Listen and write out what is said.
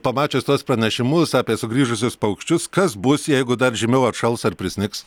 pamačius tuos pranešimus apie sugrįžusius paukščius kas bus jeigu dar žymiau atšals ar prisnigs